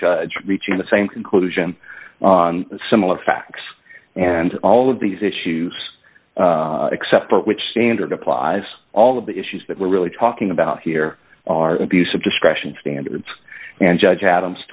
judge reaching the same conclusion on similar facts and all of these issues except for which standard applies all of the issues that we're really talking about here are abuse of discretion standard and judge adams